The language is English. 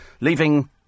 leaving